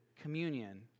communion